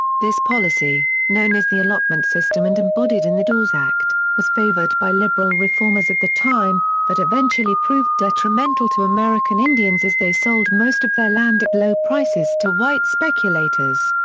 this policy, known as the allotment system and embodied in the dawes act, was favored by liberal reformers at the time, but eventually proved detrimental to american indians as they sold most of their land at low prices to white speculators.